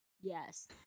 yes